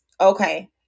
okay